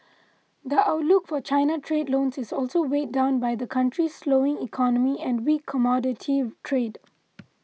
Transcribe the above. the outlook for China trade loans is also weighed down by the country's slowing economy and weak commodity trade